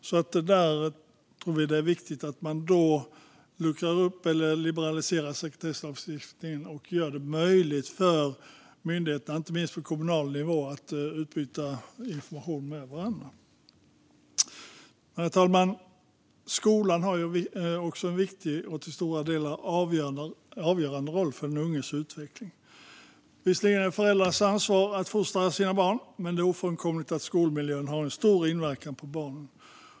Det är därför viktigt att liberalisera sekretesslagstiftningen och göra det möjligt för myndigheter, inte minst på kommunal nivå, att utbyta information med varandra. Herr talman! Skolan har en viktig och till stora delar avgörande roll för den unges utveckling. Visserligen är det föräldrars ansvar att fostra sina barn, men det är ofrånkomligt att skolmiljön har en stor inverkan på barnen.